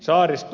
saaristo